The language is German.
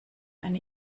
eine